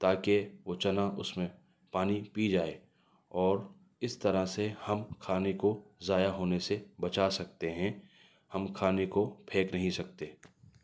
تاکہ وہ چنا اس میں پانی پی جائے اور اس طرح سے ہم کھانے کو ضائع ہونے سے بچا سکتے ہیں ہم کھانے کو پھینک نہیں سکتے